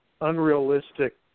unrealistic